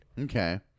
Okay